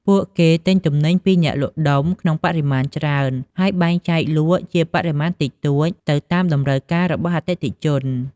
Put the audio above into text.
ពួកគេទិញទំនិញពីអ្នកលក់ដុំក្នុងបរិមាណច្រើន ហើយបែងចែកលក់ជាបរិមាណតិចតួចទៅតាមតម្រូវការរបស់អតិថិជន។